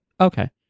Okay